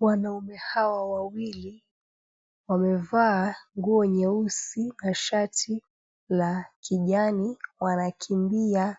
Wanaume hawa wawili, wamevaa nguo nyeusi na shati la kijani, wanakimbia.